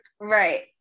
Right